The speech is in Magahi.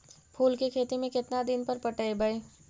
फूल के खेती में केतना दिन पर पटइबै?